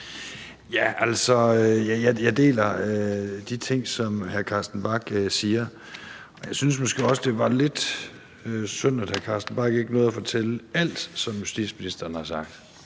Jeg deler de ting, som hr. Carsten Bach siger, og jeg synes måske også, det var lidt synd, at hr. Carsten Bach ikke nåede at fortælle alt, hvad justitsministeren har sagt.